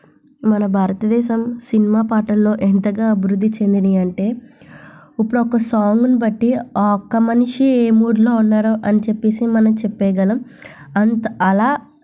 మన భారతదేశం సినిమా పాటలలో ఎంతగా అభివృద్ధి చెందినాయి అంటే ఇప్పుడు ఒక సాంగును బట్టి ఆ ఒక్క మనిషి ఏ మూడ్లో ఉన్నారో అని చెప్పి మనం చెప్పగలం అంత అలా